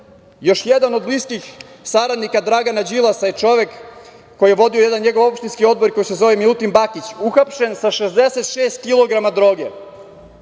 još jedan od bliskih saradnika Dragana Đilasa je čovek koji je vodio jedan njegov opštinski odbor, koji se zove Milutin Bakić, uhapšen sa 66 kilograma droge.